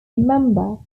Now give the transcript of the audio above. member